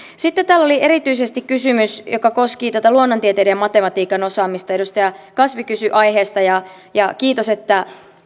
sitten täällä oli erityisesti kysymys joka koski tätä luonnontieteiden ja matematiikan osaamista edustaja kasvi kysyi aiheesta ja ja kiitos että